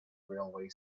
railway